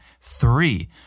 three